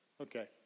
Okay